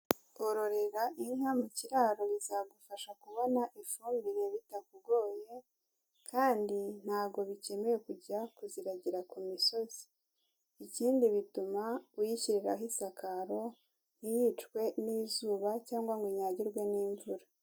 Kororera inka mu kiraro bizagufasha kubona ifumbire bitakugoye kandi ntabwo bikeneye kujya kuziragira ku misozi. Ikindi bituma uyishyiriraho isakaro, ntiyicwe n'izuba cyangwa ngo inyagirwe n'imvura.